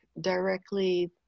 directly